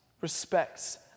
respects